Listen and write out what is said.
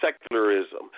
secularism